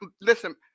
listen